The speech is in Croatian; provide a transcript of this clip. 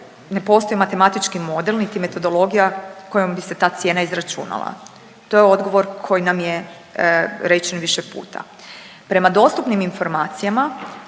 ne postoji matematički model niti metodologija kojom bi se ta cijena izračunala. To je odgovor koji nam je rečen više puta. Prema dostupnim informacijama